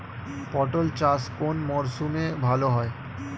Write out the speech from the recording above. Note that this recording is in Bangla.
পটল চাষ কোন মরশুমে ভাল হয়?